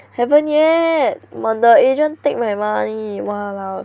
haven't yet 我的 agent take my money !walao!